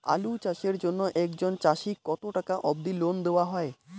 আলু চাষের জন্য একজন চাষীক কতো টাকা অব্দি লোন দেওয়া হয়?